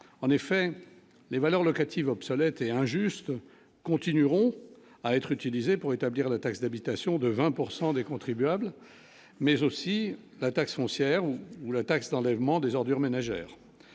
en effet les valeurs locatives obsolète et injuste continueront à être utilisées pour établir la taxe d'habitation de 20 pourcent des contribuables, mais aussi la taxe foncière ou ou la taxe d'enlèvement des ordures ménagères